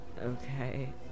Okay